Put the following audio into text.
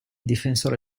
difensore